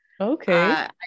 Okay